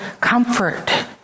comfort